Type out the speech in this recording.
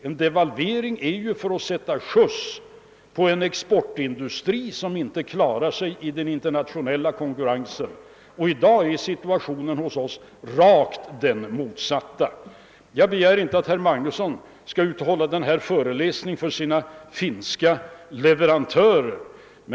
En devalvering företar man ju för att sätta skjuts på en exportindustri som inte klarar sig i den internationella konkurrensen, men i dag är ju situationen hos oss den rakt motsatta. Jag begär inic att herr Magnusson skall hålla en föreläsning om detta för sin finska leverantör.